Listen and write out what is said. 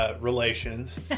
relations